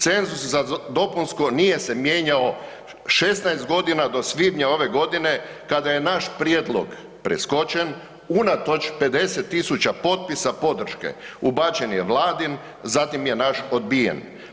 Cenzus za dopunsko nije se mijenjao 16 g. do svibnja ove godine kada je naš prijedlog preskočen unatoč 50 000 potpisa podrške, ubačen je Vladin, zatim je naš odbijen.